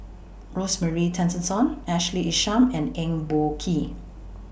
Rosemary Tessensohn Ashley Isham and Eng Boh Kee